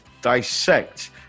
dissect